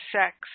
sex